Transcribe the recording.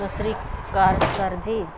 ਸਤਿ ਸ਼੍ਰੀ ਅਕਾਲ ਸਰ ਜੀ